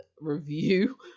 review